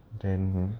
then